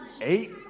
Eight